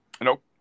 Nope